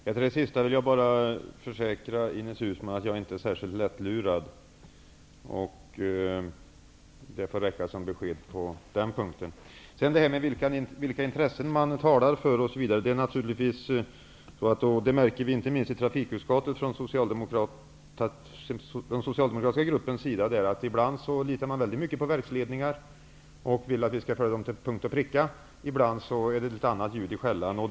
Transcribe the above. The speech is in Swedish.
Herr talman! Med anledning av det sista Ines Uusmann sade vill jag bara försäkra henne att jag inte är särskilt lättlurad. Det får räcka som besked på den punkten. Så till detta om vilka intressen man talar för, osv. Inte minst i trafikutskottet märker vi att den socialdemokratiska gruppen ibland litar väldigt mycket på verksledningar och vill att vi skall följa dem till punkt och pricka. Ibland är det litet annat ljud i skällan.